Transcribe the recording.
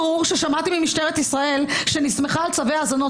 ששמעתי ממשטרת ישראל שאני שמחה על צווי האזנות